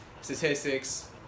statistics